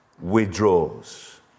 withdraws